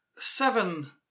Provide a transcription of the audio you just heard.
seven